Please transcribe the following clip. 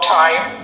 time